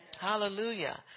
Hallelujah